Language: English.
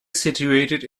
situated